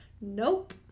nope